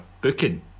booking